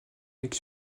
avec